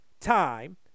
time